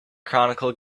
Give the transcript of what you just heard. chronicle